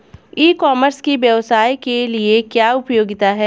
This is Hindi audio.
ई कॉमर्स की व्यवसाय के लिए क्या उपयोगिता है?